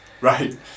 Right